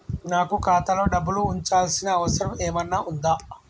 నాకు ఖాతాలో డబ్బులు ఉంచాల్సిన అవసరం ఏమన్నా ఉందా?